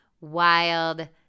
wild